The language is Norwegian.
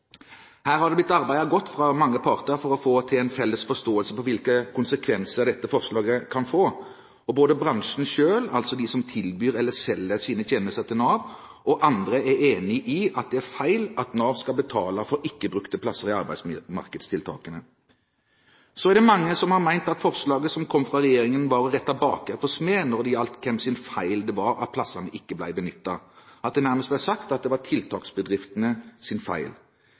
Her har det blitt arbeidet godt fra mange parter for å få til en felles forståelse av hvilke konsekvenser dette forslaget kan få. Både bransjen selv, altså de som tilbyr eller selger sine tjenester til Nav, og andre, er enige om at det er feil at Nav skal betale for ikke brukte plasser i arbeidsmarkedstiltakene. Så er det mange som har ment at forslaget som kom fra regjeringen, var å rette baker for smed når det gjaldt hvis feil det var at plassene ikke var benyttet, at det nærmest var sagt at det var tiltaksbedriftenes feil.